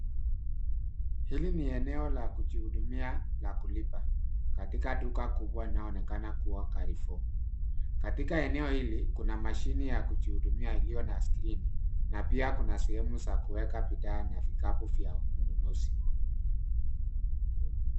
Hili ni eneo la kujihudumia la kulipa katika duka kubwa linaloonekana kuwa Carrefour. Katika eneo hili kuna mashine ya kujihudumia iliyo na skrini na pia kuna sehemu za kuweka bidhaa na vikapu vya ununuzi.